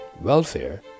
welfare